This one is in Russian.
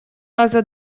раза